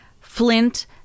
flint